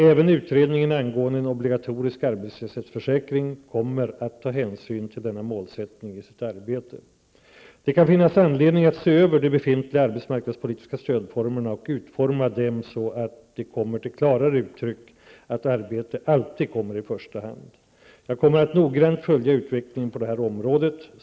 Även utredningen angående en obligatorisk arbetslöshetsförsäkring kommer i sitt arbete att ta hänsyn till denna målsättning. Det kan finnas anledning att se över de befintliga arbetsmarknadspolitiska stödformerna och utforma dem så att det kommer till klarare uttryck att arbete alltid kommer i första hand. Jag kommer att noggrant följa utvecklingen på det här området.